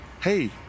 hey